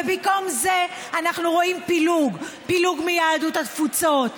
ובמקום זה אנחנו רואים פילוג: פילוג מיהדות התפוצות,